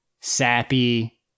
Sappy